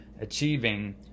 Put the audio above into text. achieving